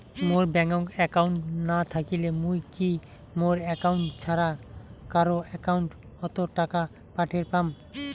মোর bank account না থাকিলে মুই কি মোর একাউন্ট ছাড়া কারো একাউন্ট অত টাকা পাঠের পাম?